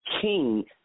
king